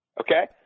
Okay